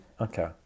Okay